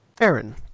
Aaron